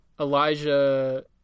Elijah